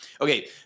Okay